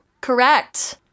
Correct